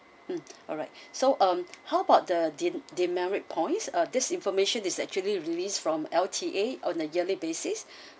mm alright so um how about the de~ demerit points ah this information is actually release from L_T_A on a yearly basis